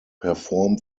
perform